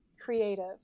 creative